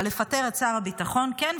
אבל לפטר את שר הביטחון כן,